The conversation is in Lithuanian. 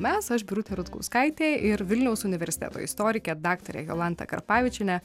mes aš birutė rutkauskaitė ir vilniaus universiteto istorikė daktarė jolanta karpavičienė